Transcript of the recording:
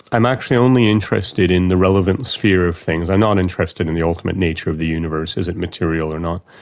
i'm actually only interested in the relevant sphere of things, i'm not interested in the ultimate nature of the universe, is it material or not.